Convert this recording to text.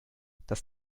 das